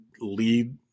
lead